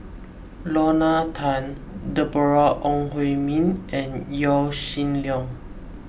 Lorna Tan Deborah Ong Hui Min and Yaw Shin Leong